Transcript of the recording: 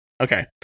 Okay